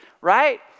right